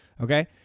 okay